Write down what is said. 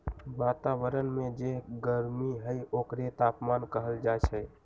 वतावरन में जे गरमी हई ओकरे तापमान कहल जाई छई